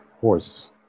horse